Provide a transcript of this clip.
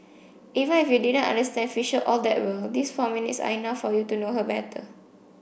even if you didn't understand fisher all that well these four minutes are enough for you to know her better